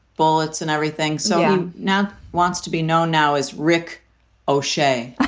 bullets and everything. so now wants to be known now as rick o'shay